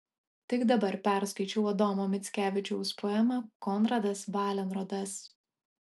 tik dabar perskaičiau adomo mickevičiaus poemą konradas valenrodas